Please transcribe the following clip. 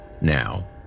Now